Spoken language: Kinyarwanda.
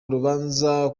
urubanza